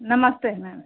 नमस्ते मैम